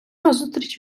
назустріч